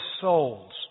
souls